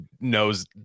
knows